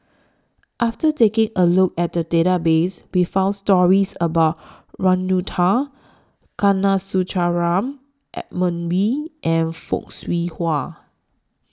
after taking A Look At The Database We found stories about Ragunathar Kanagasuntheram Edmund Wee and Fock Siew Wah